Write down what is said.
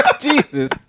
Jesus